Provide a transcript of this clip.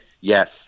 yes